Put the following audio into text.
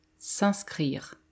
S'inscrire